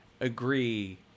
agree